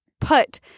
put